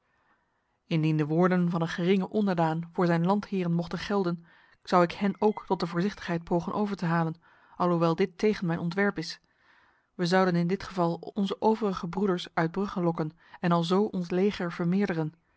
indien de woorden van een geringe onderdaan voor zijn landheren mochten gelden zou ik hen ook tot de voorzichtigheid pogen over te halen alhoewel dit tegen mijn ontwerp is wij zouden in dit geval onze overige broeders uit brugge lokken en alzo ons leger vermeerderen